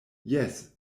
jes